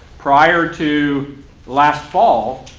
prior to last fall,